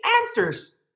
answers